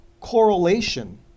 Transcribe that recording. correlation